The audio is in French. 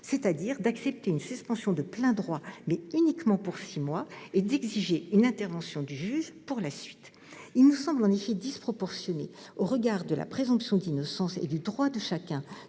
similaires, en acceptant une suspension de plein droit, mais uniquement pour six mois, et en exigeant une intervention du juge pour la suite. Il nous semble en effet disproportionné, au regard de la présomption d'innocence et du droit de chacun